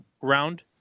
round